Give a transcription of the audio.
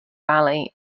valley